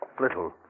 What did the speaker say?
little